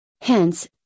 Hence